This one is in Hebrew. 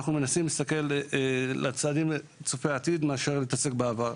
אנחנו מנסים להסתכל על צעדים צופי עתיד מאשר להתעסק בעבר.